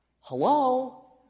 Hello